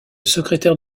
secrétaire